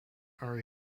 are